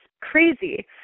crazy